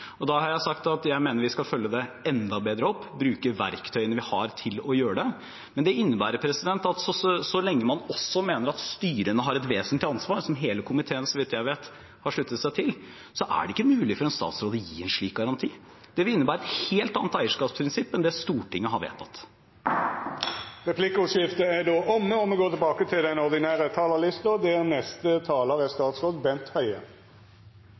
Da har jeg sagt at jeg mener vi skal følge det enda bedre opp, bruke verktøyene vi har til å gjøre det. Men det innebærer at så lenge man også mener at styrene har et vesentlig ansvar, som hele komiteen – så vidt jeg vet – har sluttet seg til, er det ikke mulig for en statsråd å gi en slik garanti. Det vil innebære et helt annet eierskapsprinsipp enn det Stortinget har vedtatt. Replikkordskiftet er omme. Jeg vil kommentere tre av undersøkelsene i Riksrevisjonens årlige revisjon og kontroll for budsjettåret 2017. Den første er